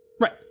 Right